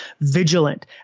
vigilant